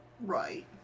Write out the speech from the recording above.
Right